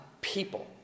people